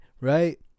Right